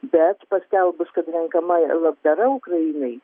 bet paskelbus kad renkama labdara ukrainai